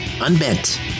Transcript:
unbent